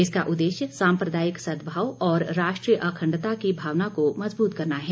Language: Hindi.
इसका उद्देश्य सांप्रदायिक सद्भाव और राष्ट्रीय अखंडता की भावना को मजबूत करना है